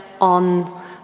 on